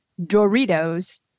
Doritos